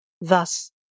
Thus